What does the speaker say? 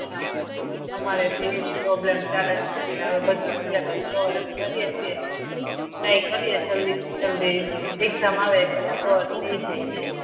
હા અમારે બી એજ પ્રોબ્લમ ચાલે છે એટલે હવે બધું સિલેબસ કવર અપ કરીએ છીએ ટ્રાય કરીએ જલદીથી જલદી એક્ઝામ આવે એ પહેલાં કવર થઈ જાય એવું